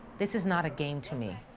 this is not a game to me.